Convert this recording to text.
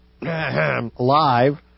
live